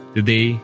Today